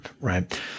right